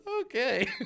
Okay